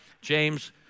James